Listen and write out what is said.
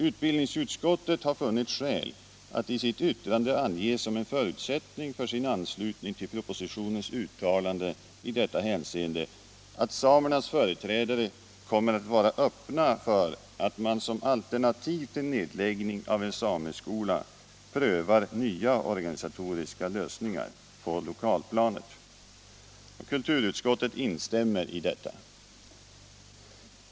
Utbildningsutskottet har funnit skäl att i sitt yttrande ange som en förutsättning för sin anslutning till propositionens uttalande i detta hänseende att samernas företrädare kommer att vara öppna för att man som alternativ till nedläggning av en sameskola prövar nya Organisatoriska lösningar på lokalplanet. Kulturutskottet instämmer i detta.